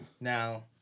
Now